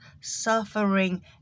suffering